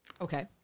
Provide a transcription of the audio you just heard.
okay